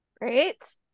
Great